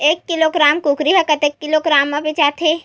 एक किलोग्राम कुकरी ह कतेक किलोग्राम म बेचाथे?